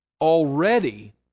Already